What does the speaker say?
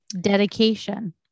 Dedication